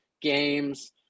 games